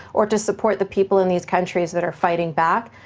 or to support the people in these countries that are fighting back,